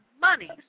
money